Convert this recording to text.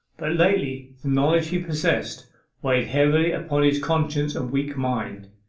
but lately the knowledge he possessed weighed heavily upon his conscience and weak mind.